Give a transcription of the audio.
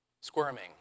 squirming